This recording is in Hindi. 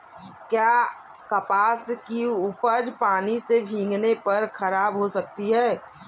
क्या कपास की उपज पानी से भीगने पर खराब हो सकती है?